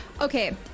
Okay